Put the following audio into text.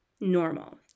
normal